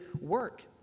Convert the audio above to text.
work